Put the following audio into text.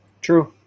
True